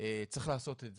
צריך לעשות את זה.